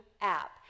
app